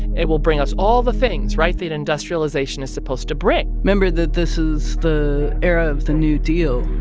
it will bring us all the things right? that industrialization is supposed to bring remember that this is the era of the new deal